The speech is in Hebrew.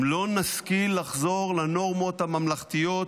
אם לא נשכיל לחזור לנורמות הממלכתיות